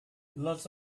lots